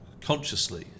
consciously